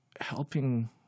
helping